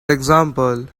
example